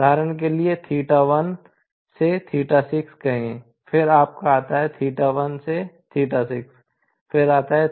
उदाहरण के लिए कहें फिर आपका आता है फिर आता है